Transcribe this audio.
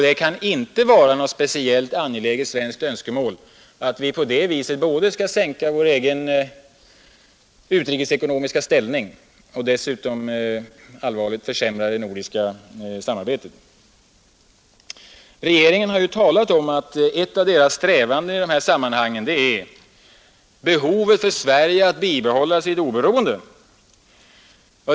Det kan inte vara nägot speciellt angeläget svenskt önskemål att vi på det viset både skall sänka vår utnikesekonomiska ställning och dessutom allvarligt försämra det Regeringen har ju talat om att ett av dess strävanden i detta sammanhang är behovet för Sverige att bibehålla sitt oberoende.